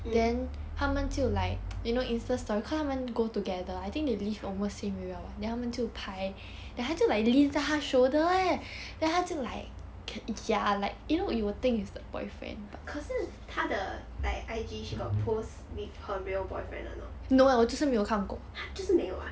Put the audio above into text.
mm 可是她的 like I_G she got post with her real boyfriend or not !huh! 就是没有啊